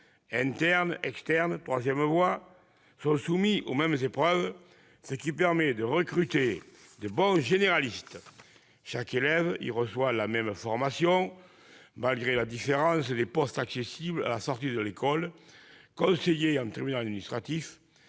interne, externe, troisième voie -sont soumis aux mêmes épreuves, ce qui permet de recruter de bons généralistes. Chaque élève reçoit la même formation, malgré la différence des postes accessibles à la sortie de l'école : conseiller de tribunal administratif,